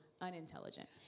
unintelligent